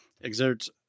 exerts